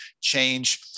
change